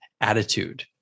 attitude